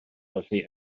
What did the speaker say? felly